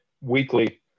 weekly